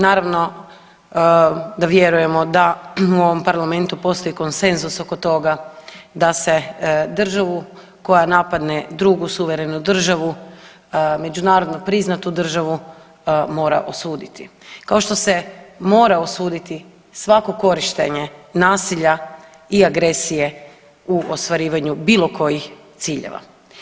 Naravno da vjerujemo da u ovom parlamentu postoji konsenzus oko toga da se državu koja napadne drugu suverenu državu, međunarodno priznatu državu mora osuditi kao što se mora osuditi svako korištenje nasilja i agresije u ostvarivanju bilo kojih ciljeva.